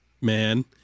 man